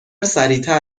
سریعتر